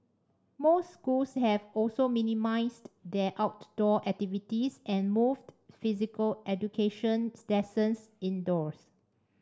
most schools have also minimised their outdoor activities and moved physical education's lessons indoors